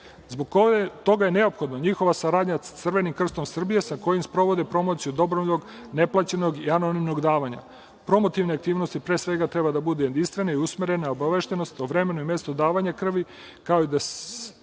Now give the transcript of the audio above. Zbog toga je neophodna njihova saradnja sa Crvenim krstom Srbije, sa kojim sprovode promociju dobrovoljnog, neplaćenog i aninomnog davanja. Promotivne aktivnosti, pre svega, treba da bude jedinstvene i usmerena, a obaveštenost o vremenu i mestu davanja krvi, kao i da